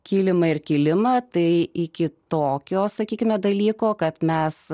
kilimą ir kėlimą tai iki tokio sakykime dalyko kad mes